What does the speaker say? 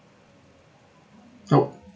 help